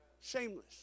Shameless